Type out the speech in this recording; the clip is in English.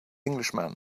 englishman